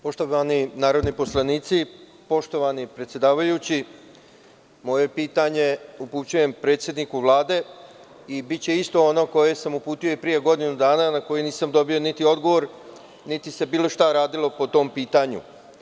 Poštovani narodni poslanici, poštovani predsedavajući, moje pitanje upućujem predsedniku Vlade i biće isto ono koje sam uputio i pre godinu dana, na koje nisam dobio niti odgovor, niti se bilo šta radilo po tom pitanju.